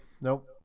Nope